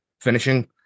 finishing